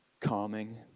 calming